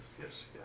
yes